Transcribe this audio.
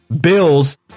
Bills